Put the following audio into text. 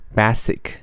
basic